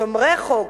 שומרי חוק,